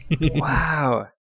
Wow